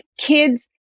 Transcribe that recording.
kids